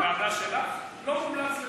לוועדה שלך לא מומלץ לדבר.